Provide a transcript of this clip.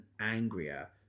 angrier